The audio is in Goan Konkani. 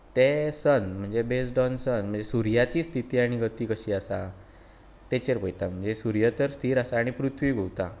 ते सन म्हणजें बेस्ड ऑन सन सुर्याची स्थिती आनी गती कशी आसता तेचेर पळयतात म्हणल्यार सुर्या तर स्थिर आसा आनी पृथ्वी घुंवता